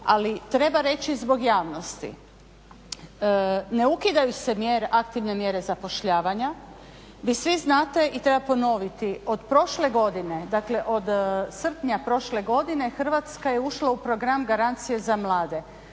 Ali treba reći zbog javnosti, ne ukidaju se aktivne mjere zapošljavanja. Vi svi znate i treba ponoviti od prošle godine dakle od srpnja prošle godine Hrvatska je ušla u Program garancije za mlade